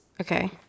Okay